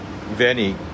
Veni